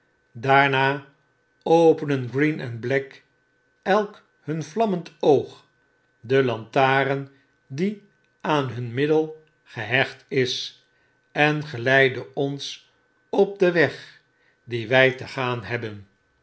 daarna openen green en black elk hun vlammend oog de lantaarn die aan hun middel gehecht is en geleide ons op denwegdienwy te gaan hebben